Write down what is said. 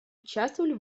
участвовали